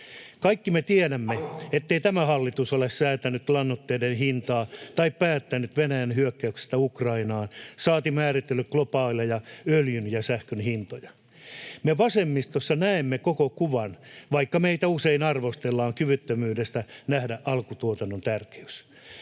Kaikki me tiedämme, ettei tämä hallitus ole säätänyt lannoitteiden hintaa tai päättänyt Venäjän hyökkäyksestä Ukrainaan, saati määritellyt globaaleja öljyn ja sähkön hintoja. Me vasemmistossa näemme koko kuvan, vaikka meitä usein arvostellaan kyvyttömyydestä nähdä alkutuotannon tärkeys.